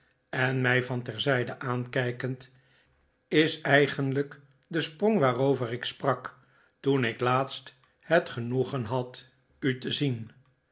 en mij van terzijde aankijkend is eigenlijk de sprong waarover ik sprak toen ik laatst het genoegen had u te zien